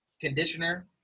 conditioner